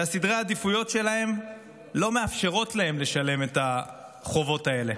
וסדרי העדיפויות שלהם לא מאפשרים להם לשלם את החובות האלה.